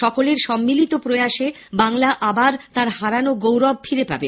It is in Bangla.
সকলের সম্মিলিত প্রয়াসে বাংলা আবার তার হারানো গৌরব ফিরে পাবে